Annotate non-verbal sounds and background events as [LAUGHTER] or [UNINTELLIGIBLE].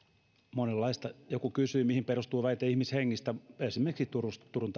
joku kysyi mihin perustuu väite ihmishengistä esimerkiksi turun turun [UNINTELLIGIBLE]